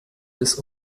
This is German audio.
des